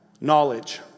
knowledge